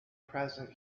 present